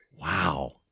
Wow